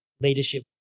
leadership